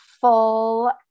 full